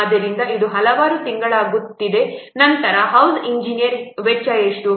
ಆದ್ದರಿಂದ ಇದು ಹಲವು ತಿಂಗಳುಗಳಾಗುತ್ತಿದೆ ನಂತರ ಹೌಸ್ ಇಂಜಿನಿಯರ್ ವೆಚ್ಚ ಎಷ್ಟು